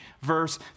verse